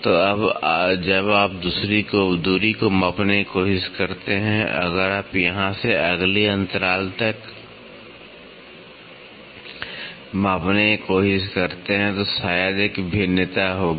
तो अब जब आप दूरी को मापने की कोशिश करते हैं अगर आप यहां से अगली अंतराल तक मापने की कोशिश करते हैं तो शायद एक भिन्नता होगी